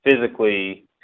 physically